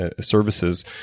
services